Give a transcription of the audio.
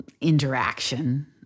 Interaction